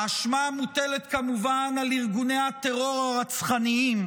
האשמה מוטלת כמובן על ארגוני הטרור הרצחניים,